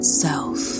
self